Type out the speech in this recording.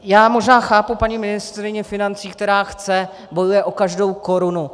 Já možná chápu paní ministryni financí, která chce, bojuje o každou korunu.